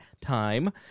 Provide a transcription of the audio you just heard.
time